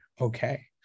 okay